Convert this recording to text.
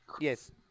Yes